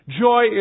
Joy